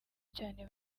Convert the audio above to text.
cyane